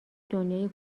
دنیای